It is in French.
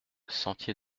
sentier